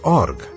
org